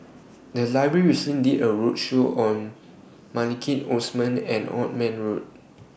The Library recently did A roadshow on Maliki Osman and Othman Road